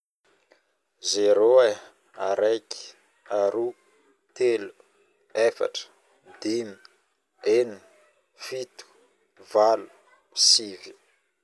Zero, araiky, aro, telo, efatra, dimy, enigny, fito, valo, sivy,